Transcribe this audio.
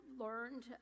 learned